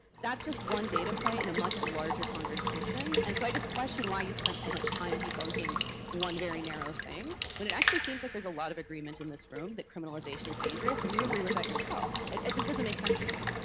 that's just one data point in a much larger conversation, and so i just question why you spent so much time debunking one very narrow thing when it actually seems like there's a lot of agreement in this room that criminalization is dangerous, and you agree with that yourself. it it just doesn't make sense to me.